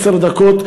עשר דקות,